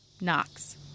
Knox